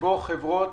שבו חברות